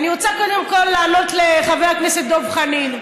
אני רוצה קודם כול לענות לחבר הכנסת דב חנין.